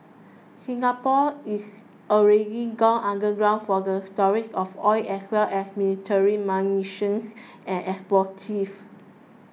Singapore is already gone underground for the storage of oil as well as military munitions and explosives